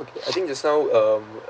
okay I think just now um